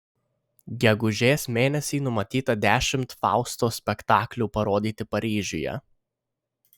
gegužės mėnesį numatyta dešimt fausto spektaklių parodyti paryžiuje